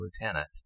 lieutenant